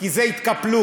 כי זו התקפלות.